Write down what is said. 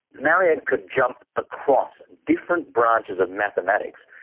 maryam could jump across different branches of mathematics.